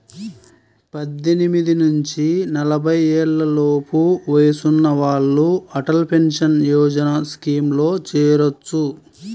పద్దెనిమిది నుంచి నలభై ఏళ్లలోపు వయసున్న వాళ్ళు అటల్ పెన్షన్ యోజన స్కీమ్లో చేరొచ్చు